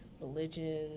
religion